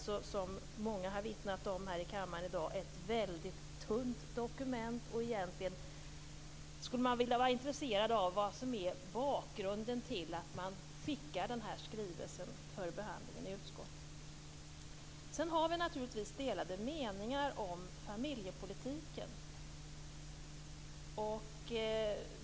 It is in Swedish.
Som många har vittnat om här i kammaren är den skrivelse som behandlas i dag ett väldigt tunt dokument, och egentligen är man intresserad av vad som är bakgrunden till att regeringen skickar skrivelsen för behandling i utskottet. Vi har naturligtvis delade meningar om familjepolitiken.